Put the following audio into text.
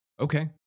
Okay